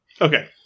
Okay